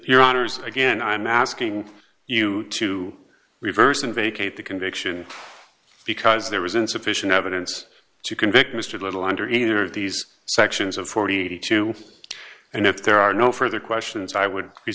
your honour's again i'm asking you to reverse an vacate the conviction because there was insufficient evidence to convict mr little under either of these sections of forty two and if there are no further questions i would